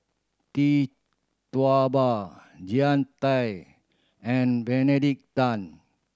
Tee Tua Ba Jean Tay and Benedict Tan